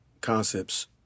concepts